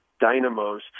dynamos